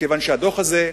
מכיוון שהדוח הזה,